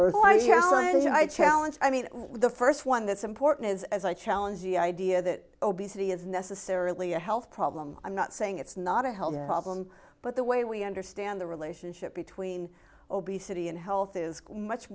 i challenge i mean the first one that's important is as i challenge the idea that obesity is necessarily a health problem i'm not saying it's not a health problem but the way we understand the relationship between obesity and health is much